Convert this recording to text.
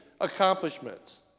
accomplishments